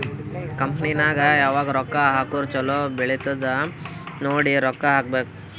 company ನಾಗ್ ಯಾವಾಗ್ ರೊಕ್ಕಾ ಹಾಕುರ್ ಛಲೋ ಬೆಳಿತ್ತುದ್ ನೋಡಿ ರೊಕ್ಕಾ ಹಾಕಬೇಕ್